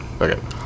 Okay